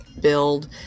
build